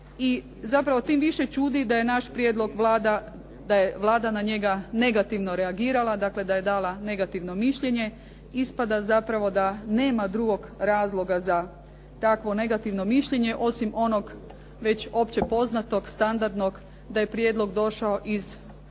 I zapravo tim više čudi da je naš prijedlog Vlada, da je Vlada na njega negativno reagirala dakle da je dala negativno mišljenje. Ispada zapravo da nema drugog razloga za takvo negativno mišljenje osim onog već općepoznatog, standardnog da je prijedlog došao iz